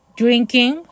drinking